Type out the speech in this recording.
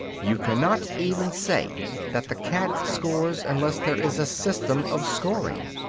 you cannot even say that the cat scores unless there is a system of scoring.